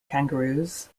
kangaroos